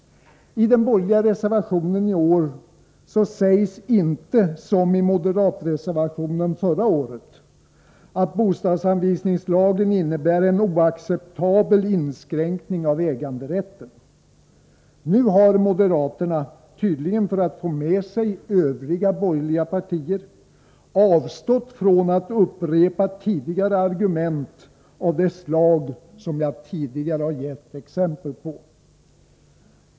I den borgerliga reservationen i år sägs inte som i moderatreservationen förra året, att bostadsanvisningslagen innebär en oacceptabel inskränkning av äganderätten. Nu har moderaterna, tydligen för att få med sig övriga borgerliga partier, avstått från att upprepa tidigare argument av det slag som jag här gett exempel på.